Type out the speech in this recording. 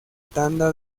tanda